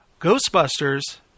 Ghostbusters